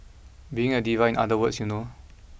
being a diva in other words you know